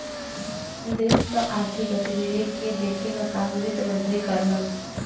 देश के आर्थिक गतिविधि के देखे क काम वित्त मंत्री करलन